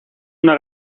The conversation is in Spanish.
una